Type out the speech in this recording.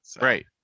right